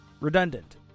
redundant